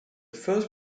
first